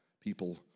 people